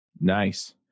Nice